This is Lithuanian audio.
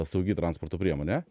saugi transporto priemonė